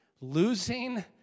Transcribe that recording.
Losing